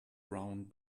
round